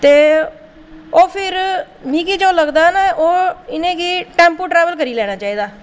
ते ओह् फिर मिगी जो लगदा ऐ ना फिर इ'नेंगी टैम्पो ट्रैवल करी लेना चाहिदा